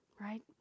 right